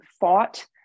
fought